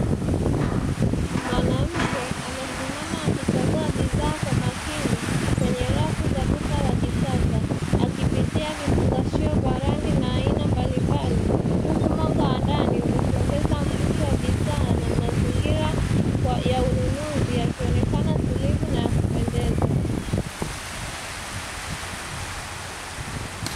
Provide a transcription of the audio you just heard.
Mwanamke amesimama akichagua bidhaa kwa makini kwenye rafu za duka la kisasa, akipitia vifungashio vya rangi na aina mbalimbali huku mwanga wa ndani ukiongeza mvuto wa bidhaa na mazingira ya ununuzi yakionekana tulivu na ya kupendeza.